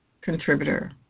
contributor